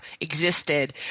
existed